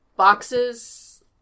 Boxes